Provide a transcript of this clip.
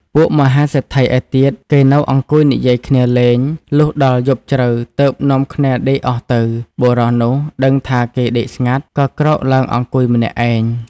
ពួកមហាសេដ្ឋីឯទៀតគេនៅអង្គុយនិយាយគ្នាលេង លុះដល់ យប់ជ្រៅទើបនាំគ្នាដេកអស់ទៅ បុរសនោះដឹងថាគេដេកស្ងាត់ ក៏ក្រោកឡើងអង្គុយ ម្នាក់ឯង ។